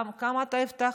כמה אתה הבטחת?